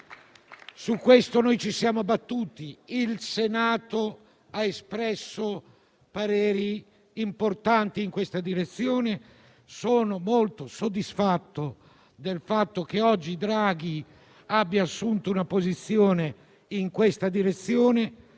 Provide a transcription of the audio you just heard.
Su questo ci siamo battuti. Il Senato ha espresso pareri importanti in siffatta direzione. Sono molto soddisfatto che oggi Draghi abbia assunto una posizione in questa direzione.